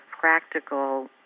practical